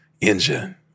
engine